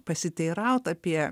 pasiteiraut apie